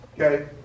Okay